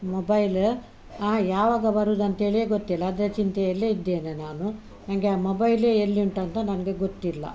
mobile ಆ ಯಾವಾಗ ಬರುದಂತೇಳಿ ಗೊತ್ತಿಲ್ಲ ಅದರ ಚಿಂತೆಯಲ್ಲೇ ಇದ್ದೇನೆ ನಾನು ನನಗೆ ಆ ಮೊಬೈಲೇ ಎಲ್ಲಿ ಉಂಟಂತ ನನಗೆ ಗೊತ್ತಿಲ್ಲ